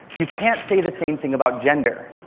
you can't say the same thing about gender.